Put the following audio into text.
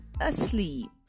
asleep